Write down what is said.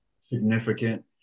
significant